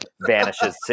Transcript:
vanishes